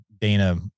Dana